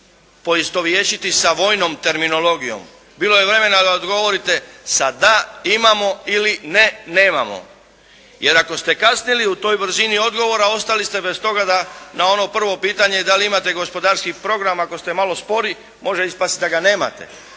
mogu se poistovjetiti sa vojnom terminologijom. Bilo je vremena da odgovorite sa da imamo, ne nemamo. Jer ako ste kasnili u toj brzini odgovora, ostali ste bez toga na ono prvo pitanje, da li imate gospodarski program ako ste malo spori, može ispasti da ga nemate,